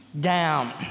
down